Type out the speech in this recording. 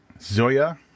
Zoya